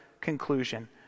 conclusion